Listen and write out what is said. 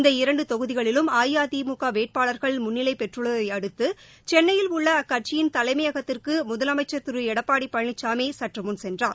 இந்த இரண்டு தொகுதிகளிலும் அஇஅதிமுக வேட்பாளர்கள் முன்னிலை பெற்றுள்ளதை அடுத்து சென்னையில் உள்ள அக்கட்சியின் தலைமைகத்திற்கு முதலமைச்சர் திரு எடப்பாடி பழனிசாமி சற்றுமுன் சென்றார்